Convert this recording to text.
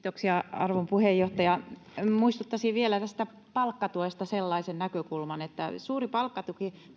arvon puheenjohtaja muistuttaisin vielä tästä palkkatuesta sellaisen näkökulman että suuri palkkatuen